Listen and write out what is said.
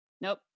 Nope